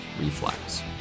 reflex